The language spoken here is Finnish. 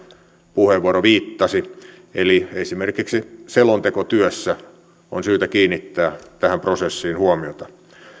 puheenvuoro viittasi eli esimerkiksi selontekotyössä on syytä kiinnittää tähän prosessiin huomiota